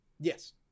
Yes